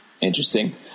Interesting